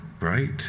right